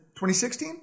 2016